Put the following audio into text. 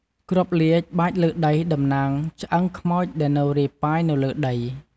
គ្រាប់លាជ បាចលើដីតំណាងឆ្អឹងខ្មោចដែលនៅរាយប៉ាយនៅលើដី។